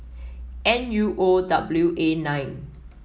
N U O W A nine